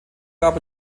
gab